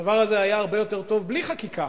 הדבר הזה היה הרבה יותר טוב בלי חקיקה,